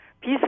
Peace